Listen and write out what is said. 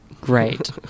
Great